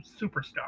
superstar